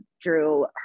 drew